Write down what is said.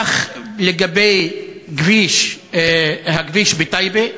כך לגבי הכביש בטייבה,